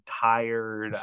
tired